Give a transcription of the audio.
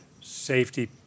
Safety